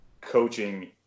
coaching